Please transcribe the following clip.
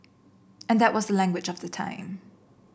and that was the language of the time